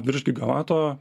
virš gigavato